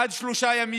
עד שלושה ימים,